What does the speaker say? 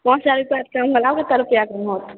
पाँच सए रुपिआ तहुँ लगाबह